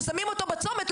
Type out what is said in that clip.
ששמים אותו בצומת,